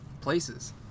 places